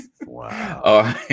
Wow